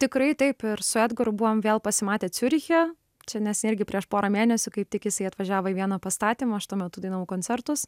tikrai taip ir su edgaru buvom vėl pasimatę ciuriche čia neseniai irgi prieš porą mėnesių kaip tik jisai atvažiavo į vieną pastatymą aš tuo metu dainavau koncertus